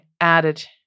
added